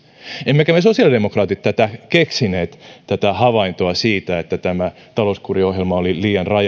emmekä me sosiaalidemokraatit keksineet tätä havaintoa siitä että tämä talouskuriohjelma oli liian